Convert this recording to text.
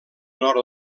nord